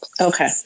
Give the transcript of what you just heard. Okay